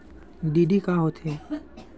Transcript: DD का होथे?